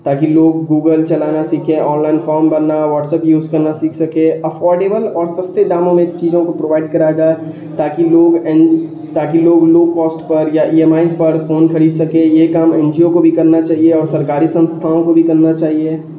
تاکہ لوگ گوگل چلانا سیکھیں آن لائن فام بننا واٹس ایپ یوز کرنا سیکھ سکیں افورڈیبل اور سستے داموں میں چیزوں کو پرووائڈ کرایا جائے تاکہ لوگ این تاکہ لوگ لو کوسٹ پر یا ای ایم آئی پر فون خرید سکیں یہ کام این جی او کو بھی کرنا چاہیے اور سرکاری سنستھاؤں کو بھی کرنا چاہیے